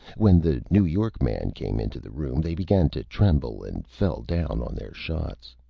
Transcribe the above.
when the new york man came into the room, they began to tremble and fell down on their shots.